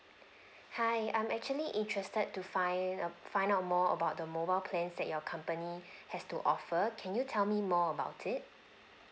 hi I'm actually interested to find ab~ find out more about the mobile plans that your company has to offer can you tell me more about it